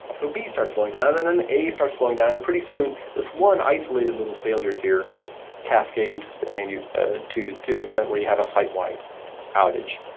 so b starts slowing down, and then a starts slowing down. and pretty soon, this one isolated little failure here cascades and ah to to the extent where you have a side-wide outage.